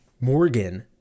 Morgan